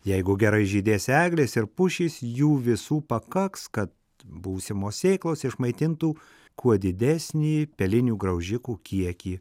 jeigu gerai žydės eglės ir pušys jų visų pakaks kad būsimos sėklos išmaitintų kuo didesnį pelinių graužikų kiekį